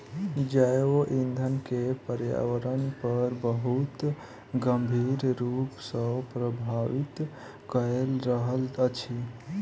जैव ईंधन के पर्यावरण पर बहुत गंभीर रूप सॅ प्रभावित कय रहल अछि